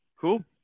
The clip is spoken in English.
cool